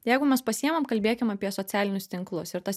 jeigu mes pasiimam kalbėkim apie socialinius tinklus ir tas